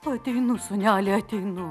ateinu sūneli ateinu